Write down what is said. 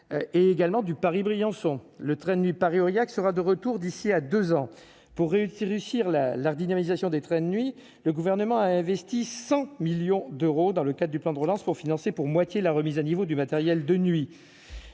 21 également du Paris-Briançon le train de nuit Paris-Aurillac sera de retour d'ici à 2 ans pour réussir, réussir la la redynamisation des trains de nuit, le gouvernement a investi 100 millions d'euros dans le cas du plan de relance pour financer pour moitié la remise à niveau du matériel de nuit,